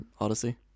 Odyssey